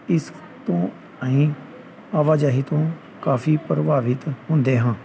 ਇਸ ਤੋਂ ਅਸੀਂ ਆਵਾਜਾਈ ਤੋਂ ਕਾਫੀ ਪ੍ਰਭਾਵਿਤ ਹੁੰਦੇ ਹਾਂ